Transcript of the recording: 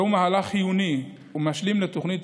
זהו מהלך חיוני ומשלים לתוכנית